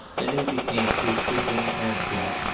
the new became too sweeping and flat.